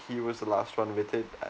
he was the last one with it and